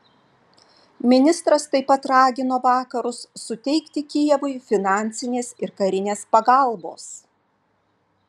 ministras taip pat ragino vakarus suteikti kijevui finansinės ir karinės pagalbos